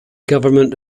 government